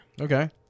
Okay